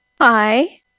Hi